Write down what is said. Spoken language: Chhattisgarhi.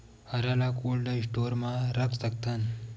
हरा ल कोल्ड स्टोर म रख सकथन?